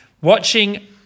watching